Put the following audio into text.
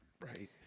right